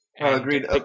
Agreed